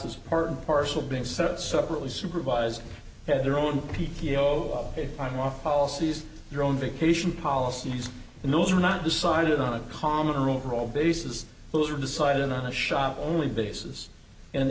is part and parcel being set separately supervised at their own p t o i'm off policies your own vacation policies and those are not decided on a common or overall basis those are decided on a shop only basis and